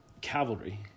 Cavalry